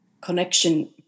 connection